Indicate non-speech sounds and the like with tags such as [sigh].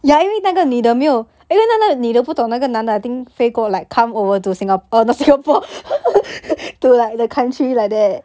[laughs]